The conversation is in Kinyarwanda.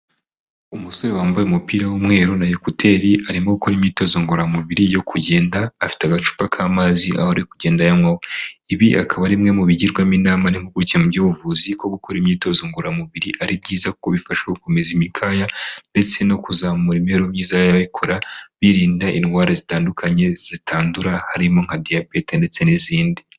Umusore wambaye umupira w'umweru na ekuteri arimo gukora imyitozo ngororamubiri yo kugenda afite agacupa k'amazi aho ari kugenda ayanywaho, ibi akaba ari imwe mu bigirwamo inama n'impuguke mu by'ubuvuzi ko gukora imyitozo ngororamubiri ari byiza kuko bifasha gukomeza imikaya, ndetse no kuzamura imibereho myiza y'abayikora birinda indwara zitandukanye zitandura harimo nka diyabete ndetse n'izindi.